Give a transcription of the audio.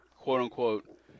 quote-unquote